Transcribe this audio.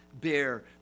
bear